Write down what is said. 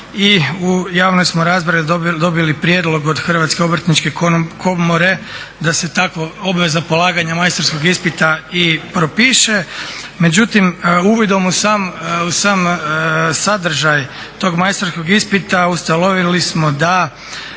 i u javnoj smo raspravi dobili prijedlog od Hrvatske obrtničke komore da se takva obveza polaganja majstorskog ispita i propiše. Međutim, uvidom u sam sadržaj tog majstorskog ispita ustanovili smo da